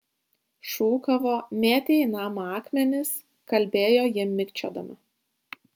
šūkavo mėtė į namą akmenis kalbėjo ji mikčiodama